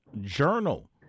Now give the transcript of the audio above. Journal